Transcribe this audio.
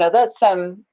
ah that's some,